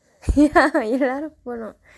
ya எல்லாரும் போனும்:ellarum poonum